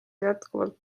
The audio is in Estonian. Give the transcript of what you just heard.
jätkuvalt